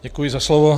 Děkuji za slovo.